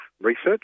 research